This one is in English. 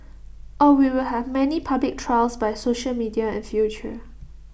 or we will have many public trials by social media in future